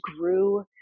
grew